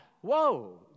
Whoa